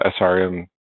SRM